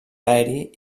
aeri